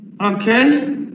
Okay